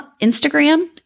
Instagram